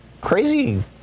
crazy